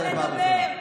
דודי,